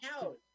house